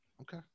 Okay